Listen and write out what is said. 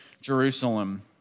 Jerusalem